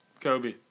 Kobe